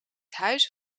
huis